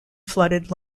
flooded